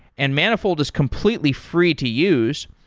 and manifold is completely free to use.